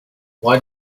why